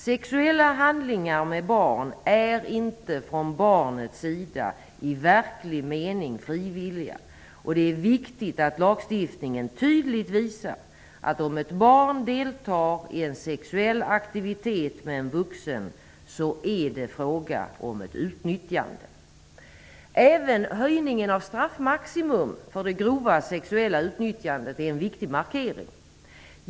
Sexuella handlingar med barn är från barnets sida inte i verklig mening frivilliga. Det är viktigt att lagstiftningen tydligt visar att det är fråga om ett utnyttjande om ett barn deltar i en sexuell aktivitet med en vuxen. Även höjningen av straffmaximum för det grova sexuella utnyttjandet är en viktig markering.